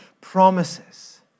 promises